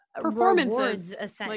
performances